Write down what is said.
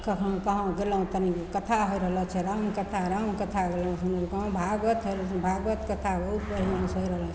कखन कहुँ गेलहुँ तनि कथा होइ रहलऽ छै रामकथा रामकथा गेलहुँ सुनै ले कहुँ भागवत होइ भागवत कथा बहुत बढ़िआँसे होइ रहलै